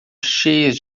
cheias